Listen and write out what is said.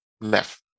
left